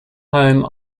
home